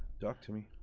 talk to me,